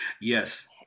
Yes